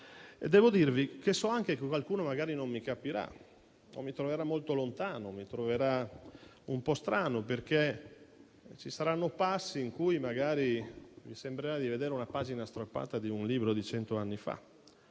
Devo dirvi che so anche che qualcuno, magari, non mi capirà, mi troverà molto lontano o mi troverà un po' strano, perché ci saranno passi in cui magari vi sembrerà di vedere una pagina strappata da un libro di cento anni fa,